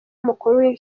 mukuru